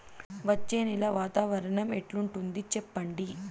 వచ్చే నెల వాతావరణం ఎట్లుంటుంది చెప్పండి?